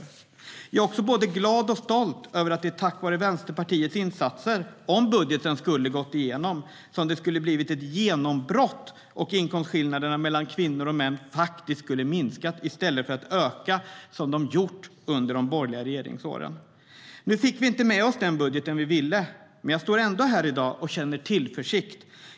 Nu fick vi inte igenom den budget vi ville, men jag står ändå här i dag och känner tillförsikt.